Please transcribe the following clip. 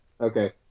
Okay